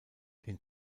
den